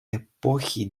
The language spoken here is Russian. эпохи